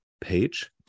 page